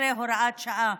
18, הוראת שעה),